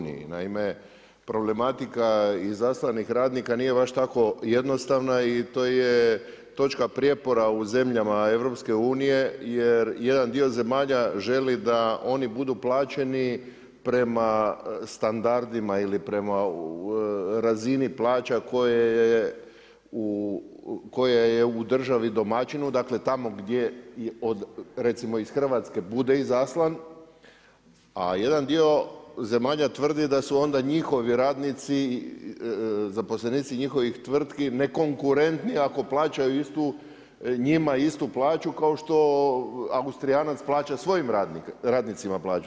Naime, problematika izaslanih radnika nije baš tako jednostavna i to je točka prijepora u zemljama EU-a jer jedan dio zemalja želi da oni budu plaćeni prema standardima ili prema razini plaća koja je u državi domaćinu, dakle tamo gdje, recimo iz Hrvatske bude izaslan, a jedan dio zemalja tvrdi da su onda njihovi radnici, zaposlenici njihovih tvrtki nekonkurentni ako plaćaju istu, njima istu plaću, kao što Austrijanac plaća svojim radnicima plaću.